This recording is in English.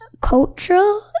cultural